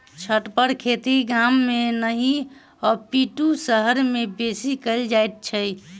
छतपर खेती गाम मे नहि अपितु शहर मे बेसी कयल जाइत छै